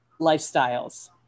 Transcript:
lifestyles